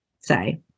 say